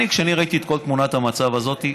כשאני ראיתי את כל תמונת המצב הזאת,